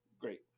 Great